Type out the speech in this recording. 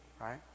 right